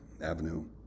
avenue